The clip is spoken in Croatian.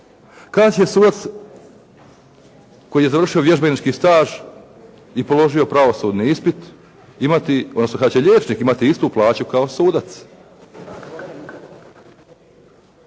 Kada će sudac koji je završio vježbenički staž i položio pravosudni ispit imati, odnosno kada će liječnik imati istu plaću kao sudac?